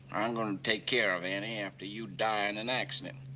i'm gonna take care of annie after you die in an accident.